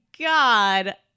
god